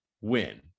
win